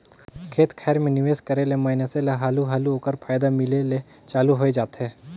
खेत खाएर में निवेस करे ले मइनसे ल हालु हालु ओकर फयदा मिले ले चालू होए जाथे